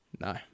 No